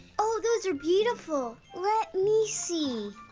oh, those are beautiful. let me see!